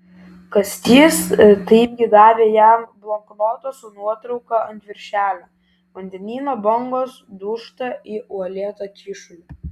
kastytis taipgi davė jam bloknotą su nuotrauka ant viršelio vandenyno bangos dūžta į uolėtą kyšulį